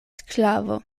sklavo